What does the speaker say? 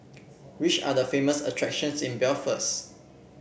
which are the famous attractions in Belfast